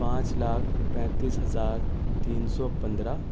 پانچ لاکھ پینتس ہزار تین سو پندرہ